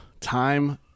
Time